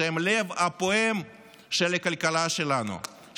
הם הלב הפועם של הכלכלה שלנו,